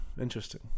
Interesting